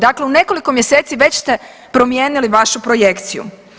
Dakle u nekoliko mjeseci već ste promijenili vašu projekciju.